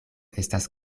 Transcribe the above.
estas